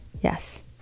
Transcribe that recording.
yes